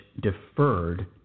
deferred